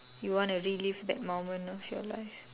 you wanna relive that moment of your life